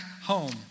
home